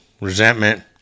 resentment